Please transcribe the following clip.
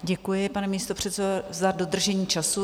Děkuji, pane místopředsedo, za dodržení času.